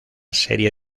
serie